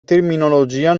terminologia